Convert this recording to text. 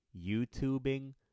YouTubing